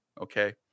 Okay